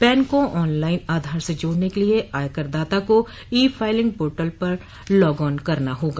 pan को online Aadhaar से जोड़ने के लिए आयकर दाता को ई फाइलिंग पोर्टल पर लॉग ऑन करना होगा